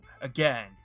again